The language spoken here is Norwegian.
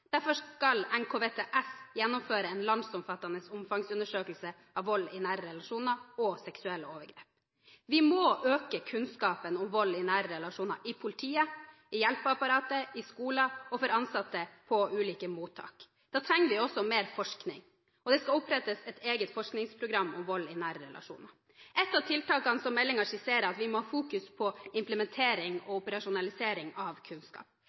Derfor skal Nasjonalt kunnskapssenter om vold og traumatisk stress, NKVTS, gjennomføre en landsomfattende omfangsundersøkelse av vold i nære relasjoner og seksuelle overgrep. Vi må øke kunnskapen om vold i nære relasjoner – i politiet, i hjelpeapparatet, i skoler og for ansatte på ulike mottak. Da trenger vi også mer forskning, og det skal opprettes et eget forskningsprogram om vold i nære relasjoner. Et av tiltakene som meldingen skisserer, er at vi må ha fokus på implementering og operasjonalisering av kunnskap.